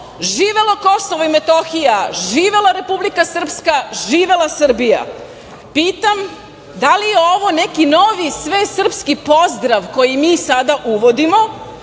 „Živelo Kosovo i Metohija, živela Republika Srpska, živela Srbija“. Pitam – da li je ovo neki novi svesrpski pozdrav koji mi sada uvodimo